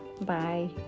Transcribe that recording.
bye